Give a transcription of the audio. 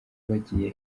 wagiye